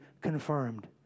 confirmed